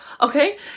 okay